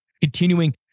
continuing